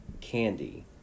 Candy